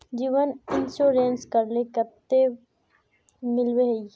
जीवन इंश्योरेंस करले कतेक मिलबे ई?